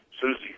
Susie